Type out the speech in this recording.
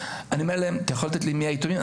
אני אומר להם, אתה יכול לתת לי מי היתומים?